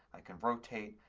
i can rotate.